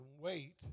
wait